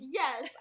yes